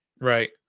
Right